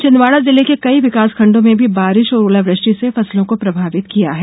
छिंदवाड़ा जिले के कई विकासखण्डों में भी बारिश और ओलावृष्टि ने फसलों को प्रभावित किया है